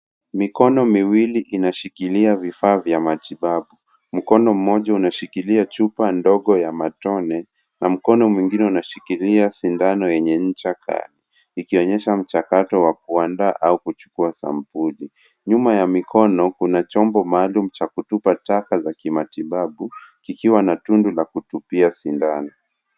Mikono miwili inashikilia vifaa vya matibabu. Mkono mmoja unashikilia chupa ndogo ya matone na mkono mwingine unashikilia sindano yenye ncha kali ikionyesha mchakato wa kuandaa au kuchukua sampuli. Nyuma ya mikono kuna chombo maalum cha kutupa taka za kimatibabu kikiwa na tundu la kutupia sindano.